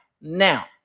now